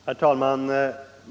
Herr talman!